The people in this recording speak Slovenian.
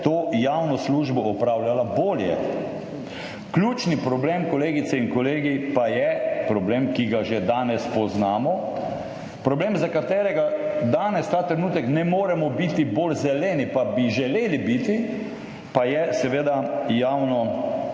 to javno službo opravljala bolje. Ključni problem, kolegice in kolegi, pa je problem, ki ga že danes poznamo, problem, za katerega danes ta trenutek ne moremo biti bolj zeleni, pa bi želeli biti, to je seveda javno